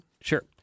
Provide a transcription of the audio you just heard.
Sure